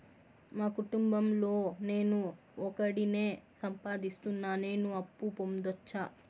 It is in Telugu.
మా కుటుంబం లో నేను ఒకడినే సంపాదిస్తున్నా నేను అప్పు పొందొచ్చా